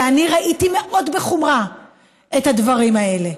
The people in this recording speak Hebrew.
ואני ראיתי מאוד בחומרה את הדברים האלה.